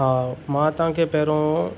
हा मां तव्हां खे पहिरियों